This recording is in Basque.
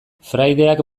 fraideak